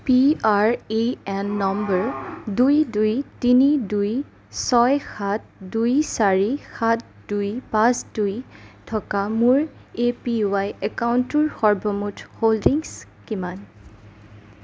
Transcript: P R A N নম্বৰ দুই দুই তিনি দুই ছয় সাত দুই চাৰি সাত দুই পাঁচ দুই থকা মোৰ এ পি ৱাই একাউণ্টটোৰ সৰ্বমুঠ হোল্ডিংছ কিমান